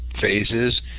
phases